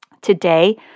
Today